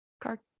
Car